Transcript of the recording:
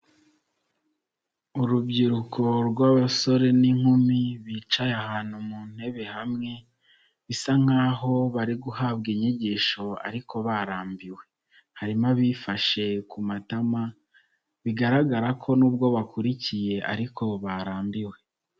Urubyiruko rw'abasore n'inkumi bicaye ahantu mu ntebe hamwe, bisa nk'aho bari guhabwa inyigisho ariko barambiwe, harimo abifashe ku matama bigaragara ko nubwo bakurikiye ariko barambiwe.